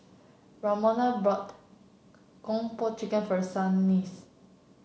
Ramona bought Kung Po Chicken for Shanice